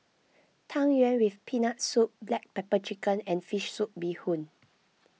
Tang Yuen with Peanut Soup Black Pepper Chicken and Fish Soup Bee Hoon